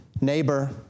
Neighbor